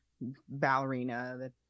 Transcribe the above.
ballerina